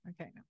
Okay